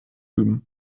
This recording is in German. üben